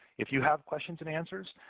if you have questions and answers,